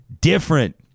different